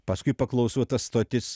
paskui paklausau tas stotis